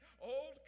old